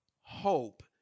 hope